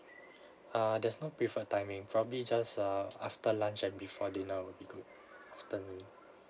err there's no preferred timing probably just uh after lunch and before dinner will be good afternoon